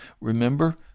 Remember